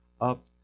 up